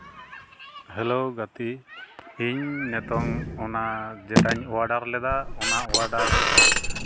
hello ᱜᱟᱛᱮ ᱤᱧ ᱱᱤᱛᱳᱝ ᱚᱱᱟ ᱡᱮᱴᱟᱧ ᱚᱰᱟᱨ ᱞᱮᱫᱟ ᱚᱱᱟ ᱚᱰᱟᱨ